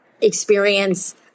experience